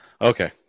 Okay